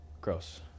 Gross